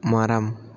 மரம்